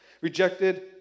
rejected